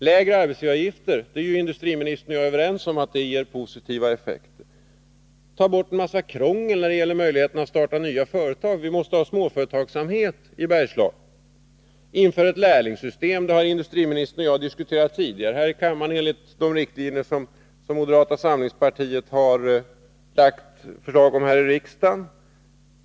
Lägre arbetsgivaravgifter ger positiva effekter — det är industriministern och jag överens om. Ta bort en massa krångel när det gäller möjligheterna att starta nya företag! Vi måste ha småföretagsamhet i Bergslagen. Inför ett lärlingssystem — det har industriministern och jag diskuterat tidigare här i kammaren — enligt de riktlinjer som moderata samlingspartiet har lagt fram förslag om här i riksdagen!